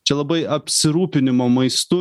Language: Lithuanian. čia labai apsirūpinimo maistu